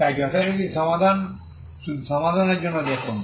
তাই যথারীতি সমাধান শুধু সমাধানের জন্য দেখুন